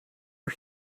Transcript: our